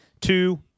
Two